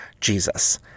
Jesus